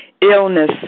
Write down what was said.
Illness